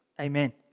amen